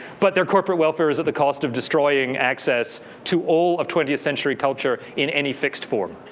but their corporate welfare is at the cost of destroying access to all of twentieth century culture in any fixed form.